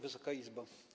Wysoka Izbo!